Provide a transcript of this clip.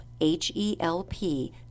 H-E-L-P